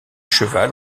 cheval